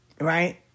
right